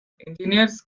engineers